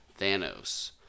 Thanos